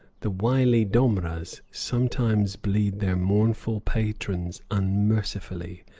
the wily domras sometimes bleed their mournful patrons unmercifully.